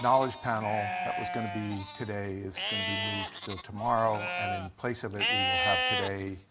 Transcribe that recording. knowledge panel that was going to be today, is going to be moved until tomorrow. and in place of it, we will have today,